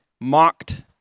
mocked